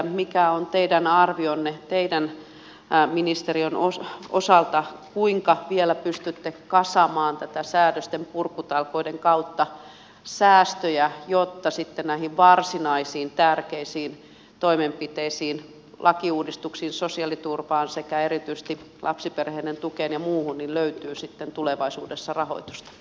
mikä on teidän arvionne teidän ministeriönne osalta kuinka vielä pystytte kasaamaan näiden säädöstenpurkutalkoiden kautta säästöjä jotta sitten näihin varsinaisiin tärkeisiin toimenpiteisiin lakiuudistuksiin sosiaaliturvaan sekä erityisesti lapsiperheiden tukeen ja muuhun löytyy sitten tulevaisuudessa rahoitusta